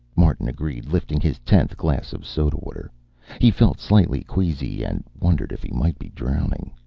martin agreed, lifting his tenth glass of soda-water. he felt slightly queasy and wondered if he might be drowning.